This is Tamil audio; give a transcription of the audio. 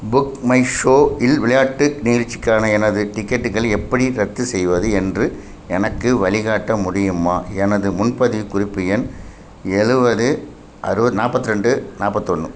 புக் மை ஷோ இல் விளையாட்டு நிகழ்ச்சிக்கான எனது டிக்கெட்டுகள் எப்படி ரத்து செய்வது என்று எனக்கு வழிகாட்ட முடியுமா எனது முன்பதிவு குறிப்பு எண் எழுவது அறுவ நாற்பத்ரெண்டு நாற்பத்தொன்னு